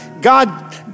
God